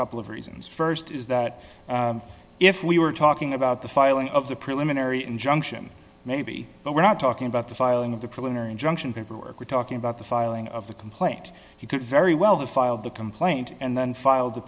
couple of reasons st is that if we were talking about the filing of the preliminary injunction maybe but we're not talking about the filing of the preliminary injunction paperwork we're talking about the filing of the complaint you could very well the filed the complaint and then filed